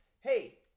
Hey